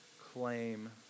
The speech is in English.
claim